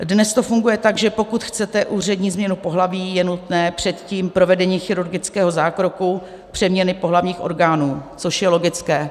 Dnes to funguje tak, že pokud chcete úřední změnu pohlaví, je nutné předtím provedení chirurgického zákroku přeměny pohlavních orgánů, což je logické.